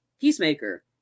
Peacemaker